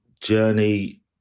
journey